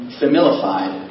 familified